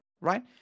right